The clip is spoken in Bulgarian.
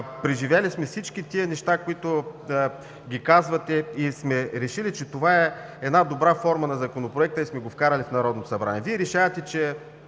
Преживяли сме всички тези неща, които казвате, и сме решили, че това е една добра форма на Законопроект и сме го внесли в Народното събрание. Вие решавате, че